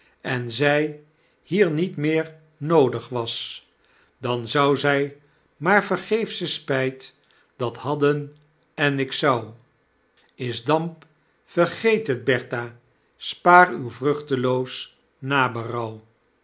en zij hier met meer noodig was dan zou zy maar vergeefsche spyt dat hadden en ik zou is damp vergeet het bertha spaar uw vruchtloos naberouw